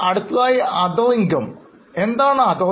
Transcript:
അടുത്തതായി Other income എന്താണ് Other income